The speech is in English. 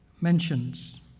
mentions